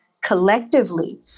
collectively